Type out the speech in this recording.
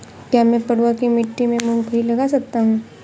क्या मैं पडुआ की मिट्टी में मूँगफली लगा सकता हूँ?